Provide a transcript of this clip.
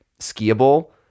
skiable